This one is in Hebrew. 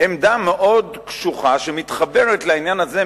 עמדה מאוד קשוחה שמתחברת לעניין הזה,